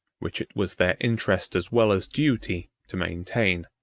which it was their interest as well as duty to maintain.